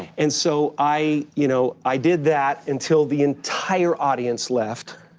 and so i, you know, i did that until the entire audience left,